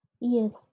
Yes